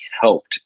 helped